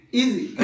easy